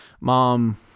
Mom